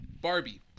Barbie